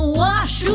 wash